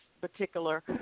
particular